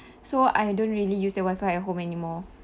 so I don't really use the wifi at home anymore